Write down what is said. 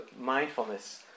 mindfulness